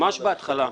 ממש בתחילתה,